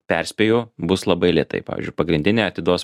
perspėju bus labai lėtai pavyzdžiui pagrindinė atidos